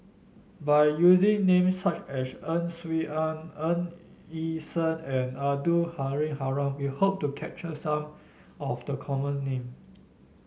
by using names such as Ang Swee Aun Ng Yi Sheng and Abdul Halim Haron we hope to capture some of the common names